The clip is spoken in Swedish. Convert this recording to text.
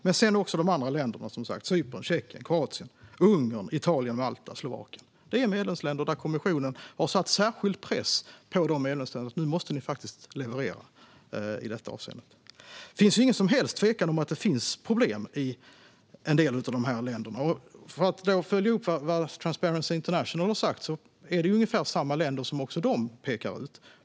När det gäller de andra länderna - Cypern, Tjeckien, Kroatien, Ungern, Italien, Malta och Slovakien - är det medlemsländer som kommissionen har satt särskild press på och sagt: Ni måste ni faktiskt leverera i detta avseende. Det råder ingen som helst tvekan om att det finns problem i en del av de här länderna, och för att följa upp vad Transparency International har sagt är det ungefär samma länder som även de pekar ut.